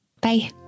Bye